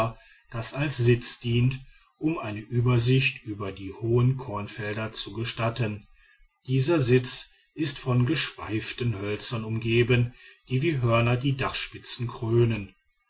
das als sitz dient um eine übersicht über die hohen kornfelder zu gestatten dieser sitz ist von geschweiften hölzern umgeben die wie hörner die dachspitze krönen